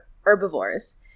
herbivores